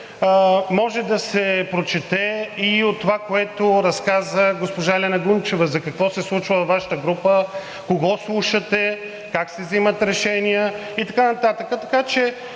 може да се прочете и от това, което разказа госпожа Елена Гунчева какво се случва във Вашата група, кого слушате, как се взимат решения и така нататък.